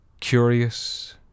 curious